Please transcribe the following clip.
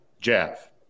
jeff